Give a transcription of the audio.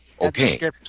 Okay